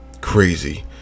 crazy